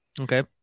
Okay